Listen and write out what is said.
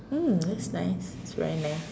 mm that's nice very nice